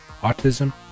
autism